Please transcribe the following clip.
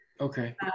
Okay